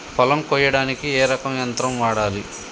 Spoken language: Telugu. పొలం కొయ్యడానికి ఏ రకం యంత్రం వాడాలి?